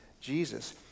Jesus